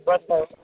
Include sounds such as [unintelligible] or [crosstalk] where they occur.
[unintelligible]